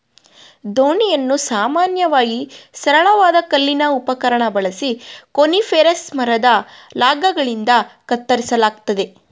ದೋಣಿಯನ್ನು ಸಾಮಾನ್ಯವಾಗಿ ಸರಳವಾದ ಕಲ್ಲಿನ ಉಪಕರಣ ಬಳಸಿ ಕೋನಿಫೆರಸ್ ಮರದ ಲಾಗ್ಗಳಿಂದ ಕತ್ತರಿಸಲಾಗ್ತದೆ